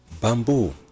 Bamboo